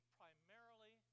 primarily